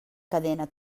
cadena